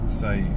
say